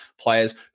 players